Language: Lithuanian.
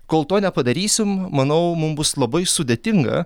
kol to nepadarysim manau mum bus labai sudėtinga